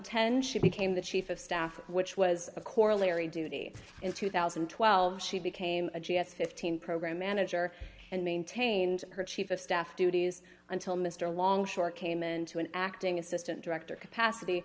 ten she became the chief of staff which was a corollary duty in two thousand and twelve she became a g s fifteen program manager and maintained her chief of staff duties until mr longshore came into an acting assistant director capacity